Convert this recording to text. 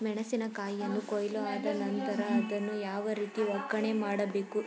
ಮೆಣಸಿನ ಕಾಯಿಯನ್ನು ಕೊಯ್ಲು ಆದ ನಂತರ ಅದನ್ನು ಯಾವ ರೀತಿ ಒಕ್ಕಣೆ ಮಾಡಬೇಕು?